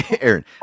Aaron